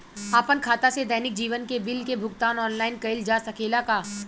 आपन खाता से दैनिक जीवन के बिल के भुगतान आनलाइन कइल जा सकेला का?